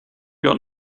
got